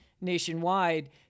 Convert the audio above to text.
nationwide